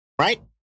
right